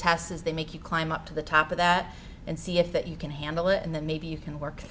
tests is they make you climb up to the top of that and see if that you can handle it and then maybe you can work